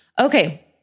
Okay